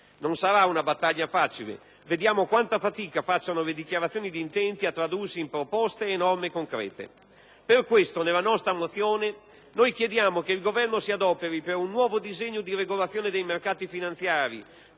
Non sarà una battaglia facile: vediamo quanta fatica facciano le dichiarazioni d'intenti a tradursi in proposte e norme concrete. Per questo nella nostra mozione noi chiediamo che il Governo si adoperi per un nuovo disegno di regolazione dei mercati finanziari,